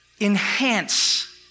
enhance